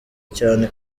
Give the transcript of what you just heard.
cyane